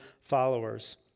followers